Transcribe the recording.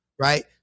Right